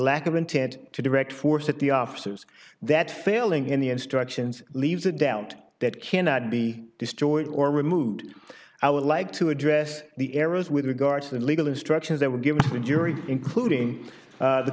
lack of intent to direct force at the officers that failing in the instructions leaves a doubt that cannot be destroyed or removed i would like to address the errors with regard to the legal instructions that were given to the jury including the